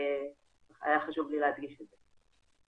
היה חשוב לי להדגיש את זה.